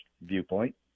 viewpoint